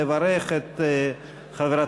לברך את חברתנו,